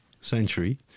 century